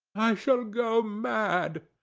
i shall go mad.